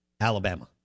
Alabama